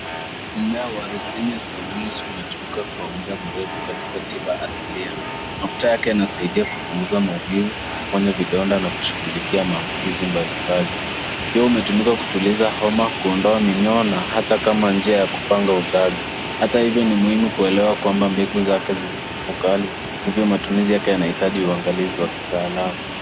Mmea wa ricinus communis umetumika kwa muda mrefu katika tiba asilia. Mafuta yake inasidia kupunguza maumivu, kuponya vidonda na kushughulikia maambukizi mbalimbali. Pia umetumika kutuliza homa, kuondoa minyoo na hata kama njia ya kupanga uzazi. Hata hivyo, ni muhimu kuelewa kwamba mbegu zake zina sumu kali hivyo matumizi yake yanahitaji uangalizi wa kitaalamu.